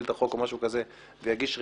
את החוק או משהו כזה ויגיש רביזיה,